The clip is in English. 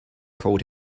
called